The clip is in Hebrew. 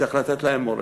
צריך לתת להם מורשת.